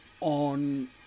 on